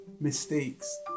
mistakes